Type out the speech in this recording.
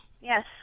Yes